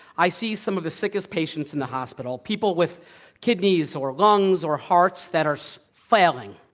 i see some of the sickest patients in the hospital, people with kidneys or lungs or hearts that are so failing